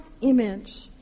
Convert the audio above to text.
image